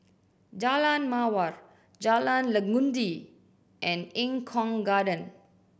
Jalan Mawar Jalan Legundi and Eng Kong Garden